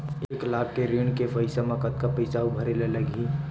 एक लाख के ऋण के पईसा म कतका पईसा आऊ भरे ला लगही?